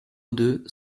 deux